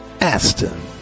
Aston